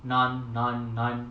நான் நான் நான்:naan naan naan